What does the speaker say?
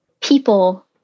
people